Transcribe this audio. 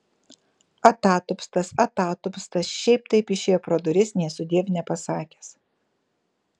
atatupstas atatupstas šiaip taip išėjo pro duris nė sudiev nepasakęs